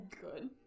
Good